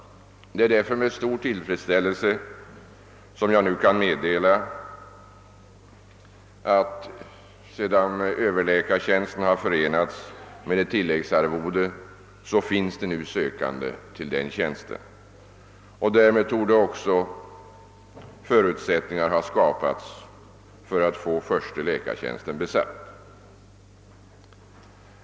Det är därför med stor tillfredsställelse jag kan meddela, att det nu, sedan överläkartjänsten har förenats med ett tilläggsarvode, finns sökande till denna tjänst, och därmed torde också förutsättningar ha skapats för att få försteläkartjänsten besatt.